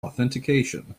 authentication